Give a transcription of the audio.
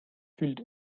fühlt